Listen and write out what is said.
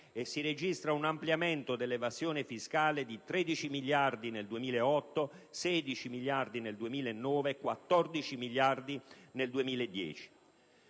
E si registra un ampliamento dell'evasione fiscale di 13 miliardi nel 2008, 16 miliardi nel 2009, 14 miliardi nel 2010.